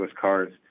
cars